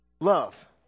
love